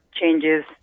changes